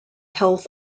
health